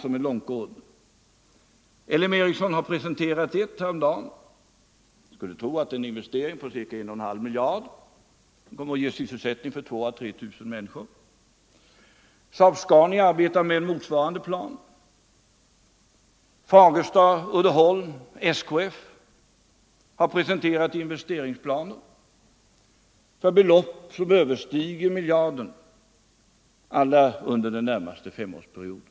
LM Ericsson har häromdagen presenterat ett sådant, som jag skulle tro innebär en investering på ca I 1/2 miljard och som kommer att ge sysselsättning för 2000 äå 3 000 människor. SAAB Scania arbetar med en motsvarande plan och Fagersta, Uddeholm och SKF har presenterat investeringsplaner för belopp som överstiger mil Nr 131 jarden. Alla dessa planer avser den närmaste femårsperioden.